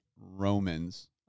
Romans